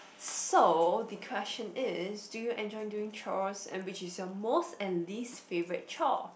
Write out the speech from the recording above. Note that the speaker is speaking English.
so the question is do you enjoy doing chore and which is your most and least favourite chore